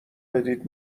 بدید